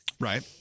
Right